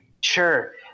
Sure